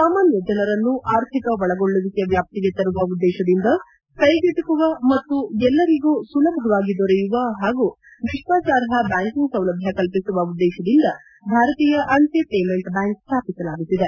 ಸಾಮಾನ್ತ ಜನರನ್ನು ಅರ್ಥಿಕ ಒಳಗೊಳ್ಳುವಿಕೆ ವ್ಯಾಪ್ತಿಗೆ ತರುವ ಉದ್ಲೇಶದಿಂದ ಕೈಗೆಟಕುವ ಮತ್ತು ಎಲ್ಲರಿಗೂ ಸುಲಭವಾಗಿ ದೊರೆಯುವ ಹಾಗೂ ವಿಶ್ವಾಸಾರ್ಹ ಬ್ಯಾಂಕಿಂಗ್ ಸೌಲಭ್ದ ಕಲ್ಪಿಸುವ ಉದ್ದೇಶದಿಂದ ಭಾರತೀಯ ಅಂಜೆ ಪೇಮೆಂಟ್ ಬ್ಹಾಂಕ್ ಸ್ವಾಪಿಸಲಾಗುತ್ತಿದೆ